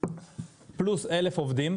50,000 עובדים,